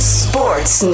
sports